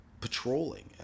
patrolling